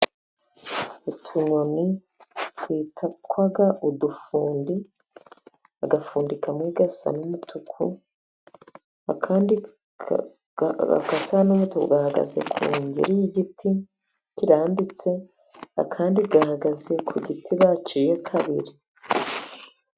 Utunyoni twitwa udufundi. Agafundi kamwe gasa n’umutuku, agasa n'umutuku gahagaze ku ngeri y’igiti kirambitse. Akandi gahagaze ku giti baciye kabiri.